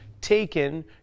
taken